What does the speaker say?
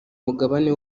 mugabane